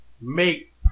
make